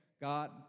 God